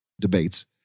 debates